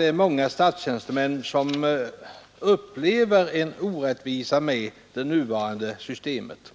Många statstjänstemän upplever att det nuvarande systemet